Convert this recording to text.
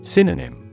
Synonym